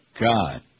God